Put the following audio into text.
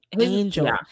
angel